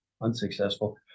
unsuccessful